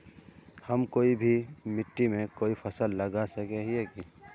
हम कोई भी मिट्टी में कोई फसल लगा सके हिये की?